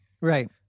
Right